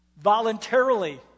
voluntarily